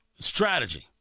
strategy